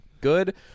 good